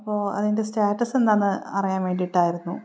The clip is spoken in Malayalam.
അപ്പോൾ അതിൻ്റെ സ്റ്റാറ്റസ് എന്താണെന്ന് അറിയാൻ വേണ്ടിയിട്ടായിരുന്നു